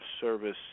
service